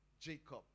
Jacob